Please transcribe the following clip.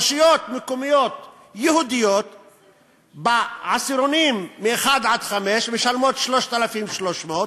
רשויות מקומיות יהודיות בעשירונים 1 5 משלמות 3,300,